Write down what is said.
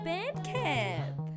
Bandcamp